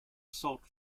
salt